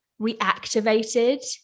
reactivated